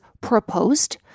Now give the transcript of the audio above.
proposed